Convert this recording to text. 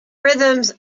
rhythms